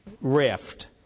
rift